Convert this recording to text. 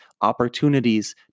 opportunities